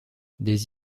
des